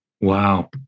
Wow